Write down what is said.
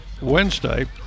Wednesday